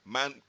Man